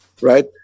right